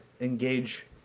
engage